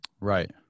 Right